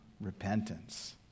repentance